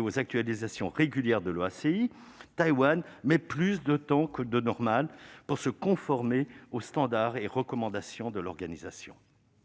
aux actualisations régulières de l'OACI, Taïwan met plus de temps que les autres pour se conformer aux standards et aux recommandations de l'Organisation.